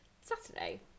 saturday